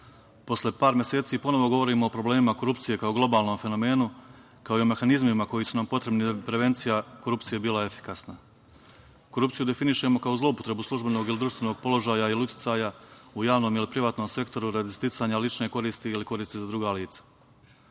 posle par meseci ponovo govorimo o problemima korupcije, kao globalnom fenomenu, ako i mehanizmima koji su nam potrebni da bi prevencija korupcije bila efikasna. Korupciju definišemo kao zloupotrebu službenog ili društvenog položaja ili uticaja u javnom ili privatnom sektoru radi sticanja lične koristi ili koristi za druga